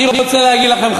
אני רוצה להגיד לכם,